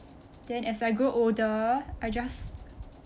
then as I grow older I just